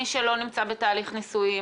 מי שלא נמצא בתהליך נישואים,